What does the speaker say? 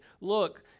look